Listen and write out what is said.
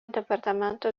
departamento